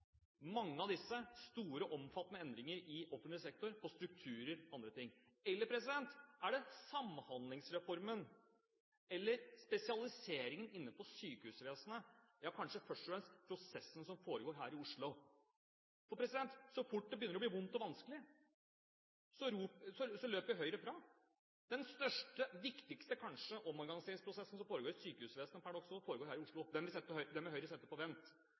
Mange av disse er store og omfattende endringer i offentlig sektor på strukturer og andre ting. Eller er det Samhandlingsreformen, eller spesialiseringen innen sykehusvesenet – ja, kanskje først og fremst prosessen som foregår her i Oslo? Så fort det begynner å bli vondt og vanskelig, løper Høyre fra. Den største og kanskje viktigste omorganiseringsprosessen som foregår i sykehusvesenet per dags dato, foregår her i Oslo. Den vil Høyre sette på